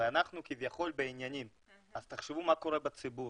אנחנו כביכול בעניינים, אז תחשבו מה קורה בציבור,